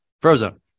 Frozen